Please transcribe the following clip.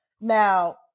Now